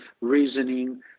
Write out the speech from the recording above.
reasoning